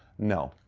no.